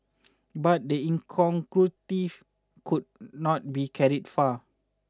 but the incongruity could not be carried far